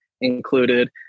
included